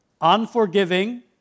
unforgiving